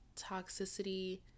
toxicity